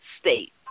state